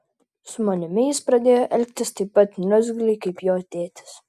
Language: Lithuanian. su manimi jis pradėjo elgtis taip pat niurzgliai kaip jo tėtis